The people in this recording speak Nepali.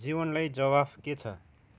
जीवनलाई जवाफ के छ